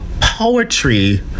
poetry